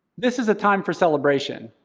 this is a time for celebration.